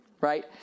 right